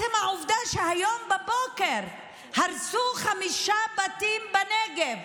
העובדה שהיום בבוקר הרסו חמישה בתים בנגב.